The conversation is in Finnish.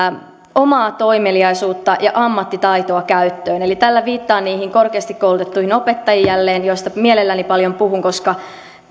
omaa toimeliaisuutta ja ammattitaitoa eli tällä viittaan jälleen niihin korkeasti koulutettuihin opettajiin joista mielelläni paljon puhun koska